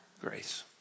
grace